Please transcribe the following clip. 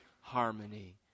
harmony